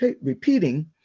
repeating